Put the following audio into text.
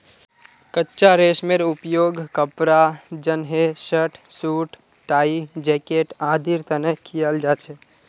कच्चा रेशमेर उपयोग कपड़ा जंनहे शर्ट, सूट, टाई, जैकेट आदिर तने कियाल जा छे